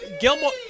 Gilmore